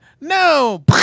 No